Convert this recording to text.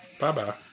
Bye-bye